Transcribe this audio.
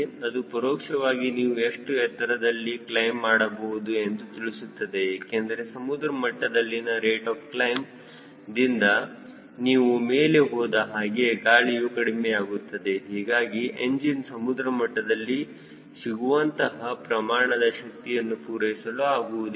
ಅದು ಪರೋಕ್ಷವಾಗಿ ನೀವು ಎಷ್ಟು ಎತ್ತರದಲ್ಲಿ ಕ್ಲೈಮ್ ಮಾಡಬಹುದು ಎಂದು ತಿಳಿಸುತ್ತದೆ ಏಕೆಂದರೆ ಸಮುದ್ರ ಮಟ್ಟದಲ್ಲಿನ ರೇಟ್ ಆಫ್ ಕ್ಲೈಮ್ದಿಂದ ನೀವು ಮೇಲೆ ಹೋದ ಹಾಗೆ ಗಾಳಿಯು ಕಡಿಮೆ ಆಗುತ್ತದೆ ಹೀಗಾಗಿ ಎಂಜಿನ್ ಸಮುದ್ರಮಟ್ಟದಲ್ಲಿ ಸಿಗುವಂತಹ ಪ್ರಮಾಣದ ಶಕ್ತಿಯನ್ನು ಪೂರೈಸಲು ಆಗುವುದಿಲ್ಲ